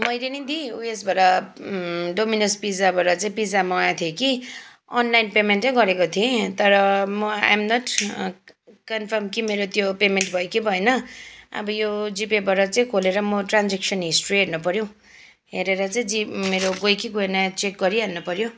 मैले नि दिदी उयेसबाट डोमिनोस पिज्जाबाट चाहिँ पिज्जा मगाएको थिएँ कि अनलाइन पेमेन्टै गरेको थिएँ तर म आई एम नट कन्फर्म कि मेरो त्यो पेमेन्ट भयो कि भएन अब यो जिपेबाट चाहिँ खोलर म ट्रान्जेक्सन हिस्ट्री हेर्नपऱ्यो हेरेर चाहिँ जि मेरो गयो कि गएन चेक गरिहाल्न पऱ्यो